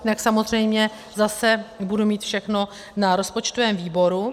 Jinak samozřejmě zase budu mít všechno na rozpočtovém výboru.